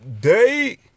day